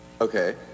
okay